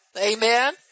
Amen